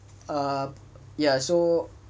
ah ya so